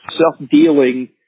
self-dealing